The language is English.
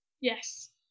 yes